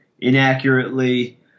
inaccurately